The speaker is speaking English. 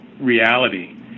reality